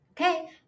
Okay